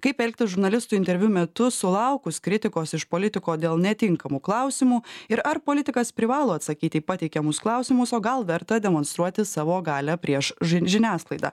kaip elgtis žurnalistui interviu metu sulaukus kritikos iš politiko dėl netinkamų klausimų ir ar politikas privalo atsakyti į pateikiamus klausimus o gal verta demonstruoti savo galią prieš žiniasklaidą